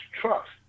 Trust